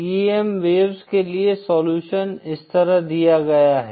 TEM waves के लिए solution इस तरह दिया गया है